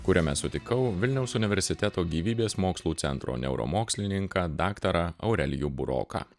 kuriame sutikau vilniaus universiteto gyvybės mokslų centro neuromokslininką daktarą aurelijų buroką